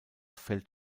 fällt